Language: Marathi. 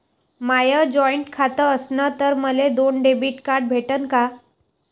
माय जॉईंट खातं असन तर मले दोन डेबिट कार्ड भेटन का?